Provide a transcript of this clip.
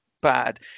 Bad